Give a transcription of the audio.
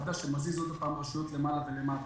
חדש שמזיז שוב רשויות למעלה ולמטה.